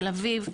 תל אביב וכו',